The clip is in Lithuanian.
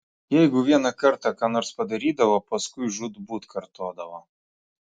jeigu vieną kartą ką nors padarydavo paskui žūtbūt kartodavo